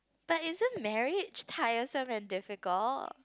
but isn't marriage tiresome and difficult